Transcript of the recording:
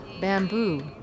bamboo